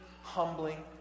humbling